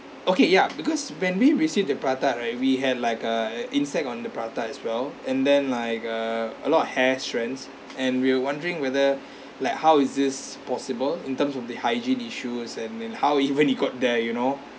okay ya because when we received the prata right we had like a insect on the prata as well and then like uh a lot of hair strands and we're wondering whether like how is this possible in terms of the hygiene issues and and how even it got there you know